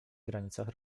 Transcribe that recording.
granicach